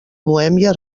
bohèmia